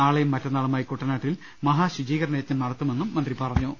നാളെയും മറ്റന്നാളുമായി കുട്ടനാട്ടിൽ മഹാശുചീകരണയജ്ഞം നട ത്തുമെന്നും അദ്ദേഹം പറഞ്ഞു